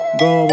go